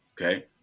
okay